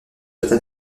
soient